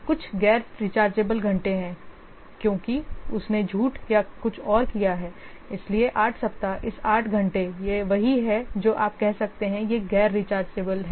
कुछ गैर रिचार्जेबल घंटे हैं क्योंकि उसने झूठ या कुछ और किया है इसलिए 8 सप्ताह इस 8 घंटेयह वही है जो आप कह सकते हैं कि यह गैर रिचार्जेबल है